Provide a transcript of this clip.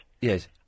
Yes